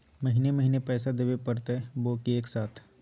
महीने महीने पैसा देवे परते बोया एके साथ?